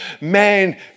man